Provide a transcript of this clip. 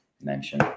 mention